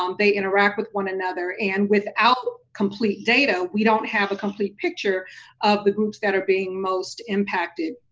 um they interact with one another, and without complete data, we don't have a complete picture of the groups that are being most impacted.